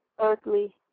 earthly